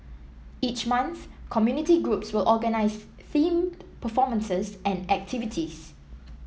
each month community groups will organise themed performances and activities